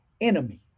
enemy